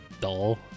dull